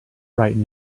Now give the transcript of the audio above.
right